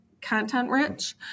content-rich